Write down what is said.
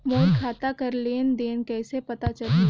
मोर खाता कर लेन देन कइसे पता चलही?